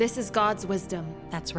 this is god's wisdom that's